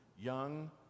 young